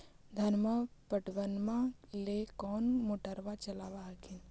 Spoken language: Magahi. धनमा पटबनमा ले कौन मोटरबा चलाबा हखिन?